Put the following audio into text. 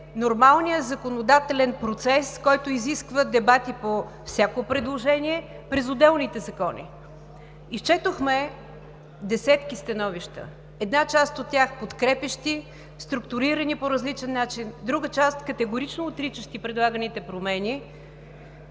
нормалния законодателен процес, който изисква дебати по всяко предложение през отделните закони? Изчетохме десетки становища, една част от тях подкрепящи, структурирани по различен начин, друга част категорично отричащи предлаганите промени.